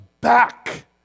back